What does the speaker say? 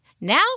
Now